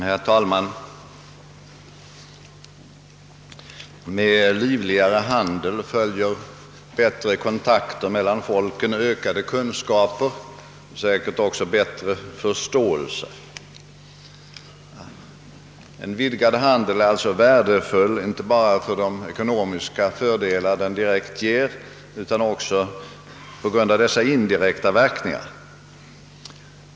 Herr talman! Med livligare handel: följer bättre kontakter mellan folken: och ökade kunskaper, säkert också bätt . re förståelse. En vidgad handel är alltså värdefull inte bara för de ekonomiska fördelar den direkt ger, utan också på grund av: dessa indirekta verkningar.